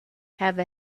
have